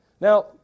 Now